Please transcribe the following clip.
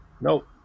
Nope